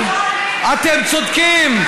אתם צודקים.